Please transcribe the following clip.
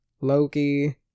Loki